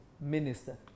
minister